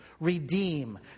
redeem